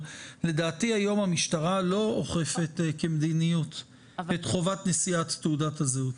- לא אוכפת כמדיניות את חובת נשיאת תעודת הזהות.